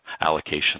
allocation